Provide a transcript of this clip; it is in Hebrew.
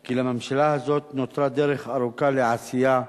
כי לממשלה הזאת נותרה דרך ארוכה לעשייה,